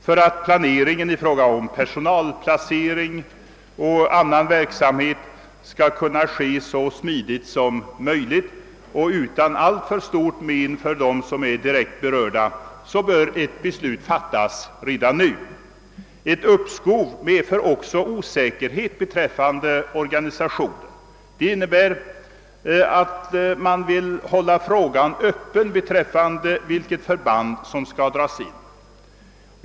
För att planeringen i fråga om personalplacering och annan verksamhet skall kunna genomföras så smidigt som möjligt och utan alltför stort men för de berörda bör ett beslut fattas redan nu. Ett uppskov medför också osäkerhet beträffande organisationen. Det innebär att man vill hålla frågan öppen beträffande vilket förband som skall dras in.